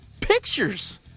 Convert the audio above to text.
pictures